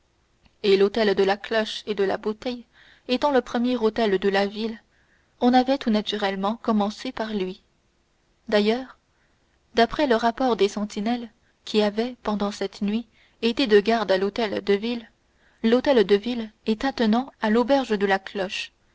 et l'hôtel de la cloche et de la bouteille étant le premier hôtel de la ville on avait tout naturellement commencé par lui d'ailleurs d'après le rapport des sentinelles qui avaient pendant cette nuit été de garde à l'hôtel de ville l'hôtel de ville est attenant à l'auberge de la cloche